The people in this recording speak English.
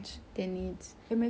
so that's what I would wish for